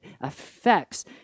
affects